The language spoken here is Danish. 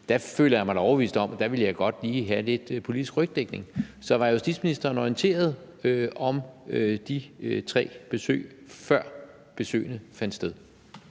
lige, før jeg tog så væsentligt et skridt, have lidt politisk rygdækning. Så var justitsministeren orienteret om de tre besøg, før besøgene fandt sted?